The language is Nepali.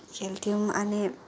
खेल्थ्यौँ अनि